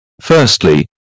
Firstly